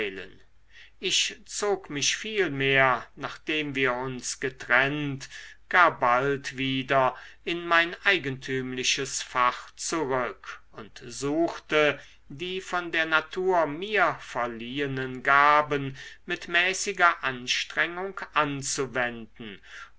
ich zog mich vielmehr nachdem wir uns getrennt gar bald wieder in mein eigentümliches fach zurück und suchte die von der natur mir verliehenen gaben mit mäßiger anstrengung anzuwenden